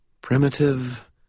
Primitive